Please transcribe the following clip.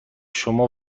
شما